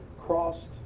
crossed